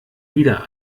wieder